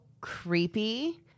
creepy